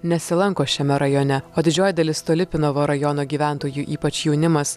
nesilanko šiame rajone o didžioji dalis tolipinovo rajono gyventojų ypač jaunimas